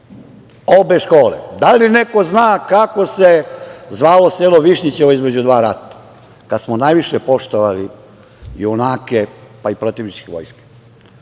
Slankamenu. Da li neko zna kako se zvalo selo Višnjićevo između dva rata, kad smo najviše poštovali junake, pa i protivničkih vojski?